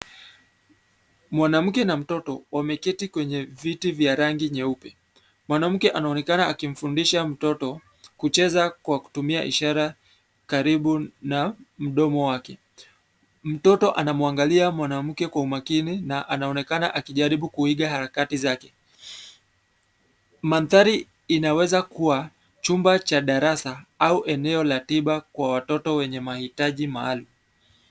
Mwanamke na mtoto, wameketi kwenye viti vya rangi nyeupe. Mwanamke anaonekana akimfundisha mtoto kucheza kwa kutumia ishara karibu na mdomo wake. Mtoto anamwangalia mwanamke kwa umakini na anaonekana akijaribu kuiga harakati zake. Mandhari inaweza kuwa, chumba cha darasa, au eneo la tiba kwa watoto wenye mahitaji maalum.